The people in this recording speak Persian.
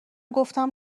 گفتم